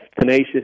tenacious